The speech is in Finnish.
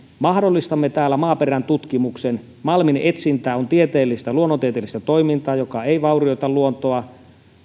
mahdollistamme täällä maaperäntutkimuksen malminetsintä on luonnontieteellistä toimintaa joka ei vaurioita luontoa